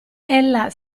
ella